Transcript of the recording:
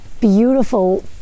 beautiful